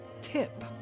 tip